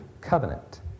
covenant